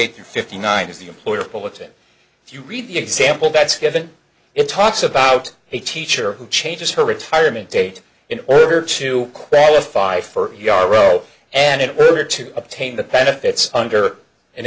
eight or fifty nine is the employer bulletin if you read the example that's given it talks about a teacher who changes her retirement date in order to qualify for yarrow and it were to obtain the benefits under an